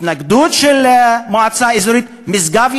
התנגדות של המועצה האזורית משגב,